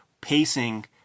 pacing